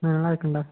ம் நல்லாயிருக்கேன்டா